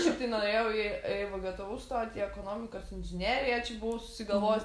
šiaip tai norėjau į į vgtu stot į ekonomikos inžineriją čia buvau susigalvojus